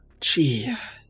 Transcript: Jeez